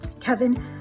Kevin